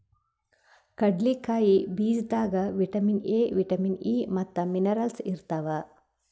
ಕಡ್ಲಿಕಾಯಿ ಬೀಜದಾಗ್ vitamin A, vitamin E ಮತ್ತ್ ಮಿನರಲ್ಸ್ ಇರ್ತವ್